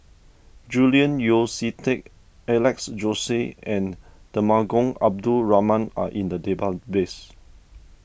Julian Yeo See Teck Alex Josey and Temenggong Abdul Rahman are in the database